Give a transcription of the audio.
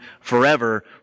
forever